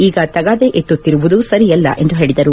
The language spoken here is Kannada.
ಈಗ ತಗಾದೆ ಎತ್ತುತ್ತಿರುವುದು ಸರಿಯಲ್ಲ ಎಂದು ಹೇಳದರು